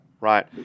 right